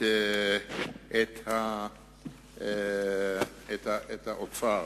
את האוצר.